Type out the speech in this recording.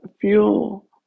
fuel